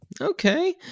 Okay